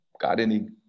Gardening